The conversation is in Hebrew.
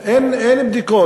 אין בדיקות.